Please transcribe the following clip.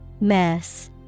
Mess